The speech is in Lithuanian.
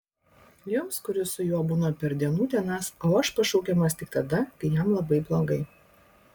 jums kuris su juo būna per dienų dienas o aš esu pašaukiamas tik tada kai jam labai blogai